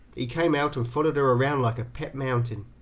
he came out and followed her around like a pet mountain.